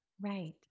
Right